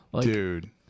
dude